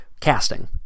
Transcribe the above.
casting